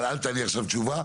אבל אל תענה עכשיו תשובה,